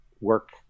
work